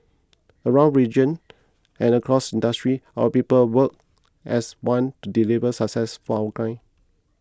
around region and across industries our people work as one to deliver success for our clients